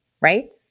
right